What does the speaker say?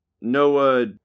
Noah